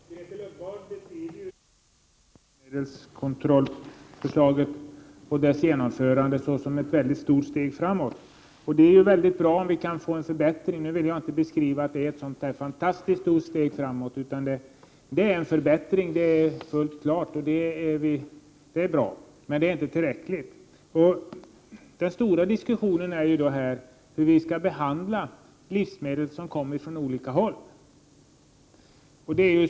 Herr talman! Grethe Lundblad beskriver detta livsmedelskontrollförslag och dess genomförande som ett väldigt stort steg framåt. Det är bra om vi kan få en förbättring, men jag vill inte beskriva det här förslaget som ett så fantastiskt stort steg framåt. Det är en förbättring, och det är bra, men det är inte tillräckligt. Den stora diskussionen gäller här hur vi skall behandla livsmedel som kommer från andra länder.